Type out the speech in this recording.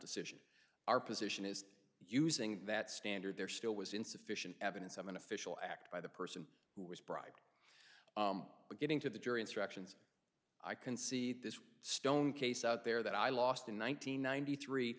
decision our position is using that standard there still was insufficient evidence of an official act by the person who was bribed with getting to the jury instructions i can see this stone case out there that i lost in one nine hundred ninety three